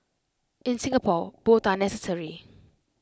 in Singapore both are necessary